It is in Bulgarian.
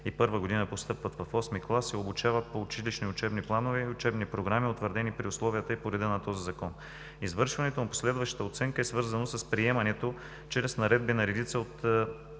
г. постъпват в осми клас, се обучават по училищни и учебни планове и учебни програми, утвърдени при условията и по реда на този Закон. Извършването на последващата оценка е свързано с приемането чрез наредби на редица от